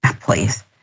please